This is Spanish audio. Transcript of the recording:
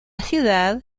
ciudad